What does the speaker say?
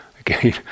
again